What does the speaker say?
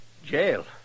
Jail